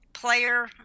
player